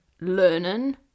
learning